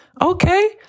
okay